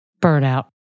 Burnout